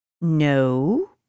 no